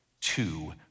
two